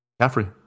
Caffrey